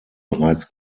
bereits